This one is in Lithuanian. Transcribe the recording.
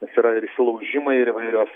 nes yra ir įsilaužimai ir įvairios